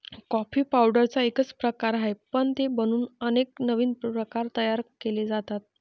coffee पावडरचा एकच प्रकार आहे, पण ते बनवून अनेक नवीन प्रकार तयार केले जातात